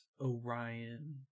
Orion